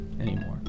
anymore